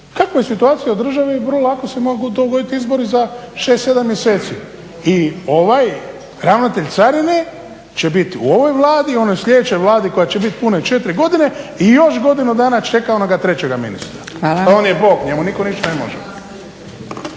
Kakva je situacija u državi vrlo lako se mogu dogoditi izbori za šest, sedam mjeseci. I ovaj ravnatelj carine će bit u ovoj Vladi, onoj sljedećoj Vladi koja će biti pune četiri godine i još godinu dana čeka onoga trećega ministra. Pa on je bog, njemu nitko ništa ne može.